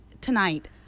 tonight